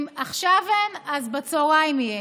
אם עכשיו אין, אז בצוהריים יהיה.